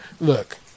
Look